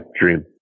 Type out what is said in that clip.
dream